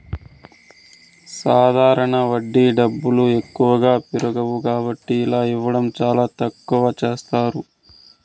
సాధారణ వడ్డీ డబ్బులు ఎక్కువగా పెరగవు కాబట్టి ఇలా ఇవ్వడం చాలా తక్కువగా చేస్తారు